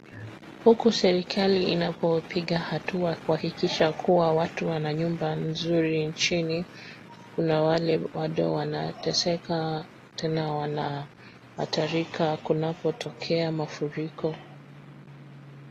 Huku serikali inapopiga hatua kuhakikisha kuwa watu wana nyumba mzuri nchini kuna wale bado wanateseka tena wanahatarika kunapo tokea mafuriko.